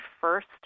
first